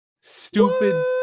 Stupid